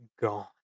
gone